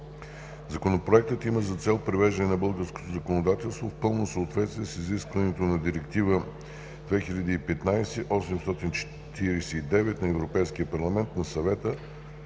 Законопроектът има за цел привеждането на българското законодателство в пълно съответствие с изискванията на Директива (ЕС) 2015/849 на Европейския парламент и на Съвета